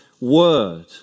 word